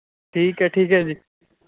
ਠੀਕ ਹੈ ਠੀਕ ਹੈ ਜੀ